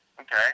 Okay